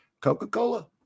Coca-Cola